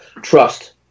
trust